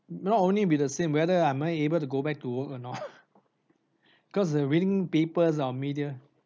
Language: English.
not only be the same whether am I able to go back to work or not cause ah reading papers on media